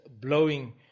blowing